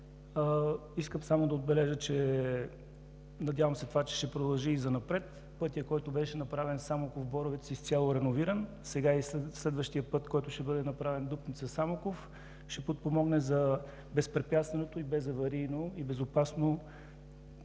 Искам само да отбележа, че се надявам това да продължи и занапред. Пътят, който беше направен Самоков – Боровец е изцяло реновиран. Сега и следващият път, който ще бъде направен, Дупница – Самоков ще подпомогне за безпрепятственото, безаварийно и безопасно